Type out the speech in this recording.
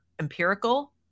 empirical